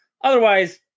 Otherwise